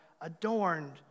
adorned